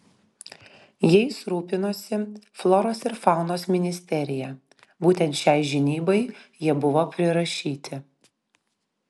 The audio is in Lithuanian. jais rūpinosi floros ir faunos ministerija būtent šiai žinybai jie buvo prirašyti